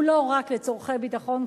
הוא לא רק לצורכי ביטחון.